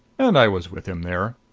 and i was with him there.